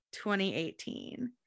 2018